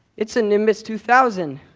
it's a nimbus two thousand.